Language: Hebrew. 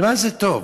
למה זה טוב?